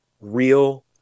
real